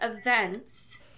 events